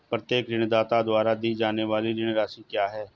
प्रत्येक ऋणदाता द्वारा दी जाने वाली ऋण राशि क्या है?